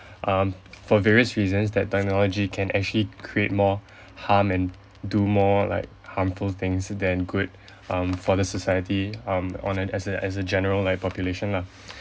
um for various reasons that technology can actually create more harm and do more like harmful things than good um for the society um on an as a as a general like population lah